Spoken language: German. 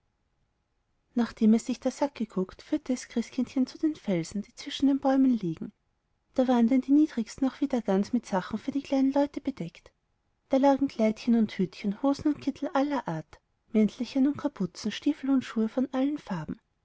nachdem es sich da satt geguckt führte es christkindchen zu den felsen die zwischen den bäumen liegen da waren denn die niedrigsten auch wieder ganz mit sachen für die kleinen leute bedeckt da lagen kleidchen und hütchen hosen und kittel aller art mäntelchen und kapuzen stiefel und schuhe von allen farben